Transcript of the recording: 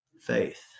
faith